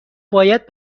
باید